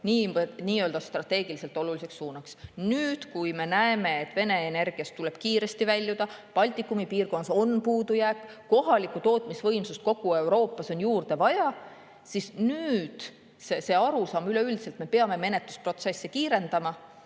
ole peetud strateegiliselt nii oluliseks suunaks. Nüüd, kui me näeme, et Vene energia [kasutamisest] tuleb kiiresti väljuda, Baltikumi piirkonnas on puudujääk, kohalikku tootmisvõimsust kogu Euroopas on juurde vaja, siis see arusaam üleüldiselt, et me peame menetlusprotsessi kiirendama,